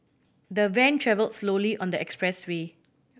the van travelled slowly on the expressway